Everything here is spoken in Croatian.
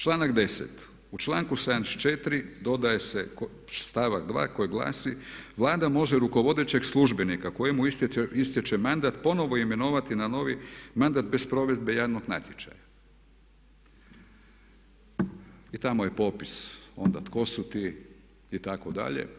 Članak 10., u članku 74. dodaje se stavak 2. koji glasi: „Vlada može rukovodećeg službenika kojemu istječe mandat ponovno imenovati na novi mandat bez provedbe javnog natječaja.“ I tamo je popis onda tko su ti itd.